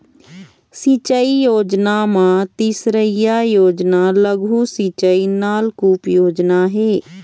सिंचई योजना म तीसरइया योजना लघु सिंचई नलकुप योजना हे